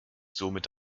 somit